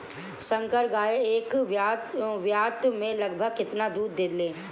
संकर गाय एक ब्यात में लगभग केतना दूध देले?